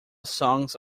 songs